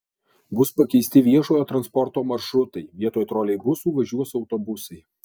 bus pakeisti viešojo transporto maršrutai vietoj troleibusų važiuos autobusai